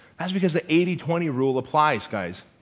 that's because the eighty twenty rule applies, guys.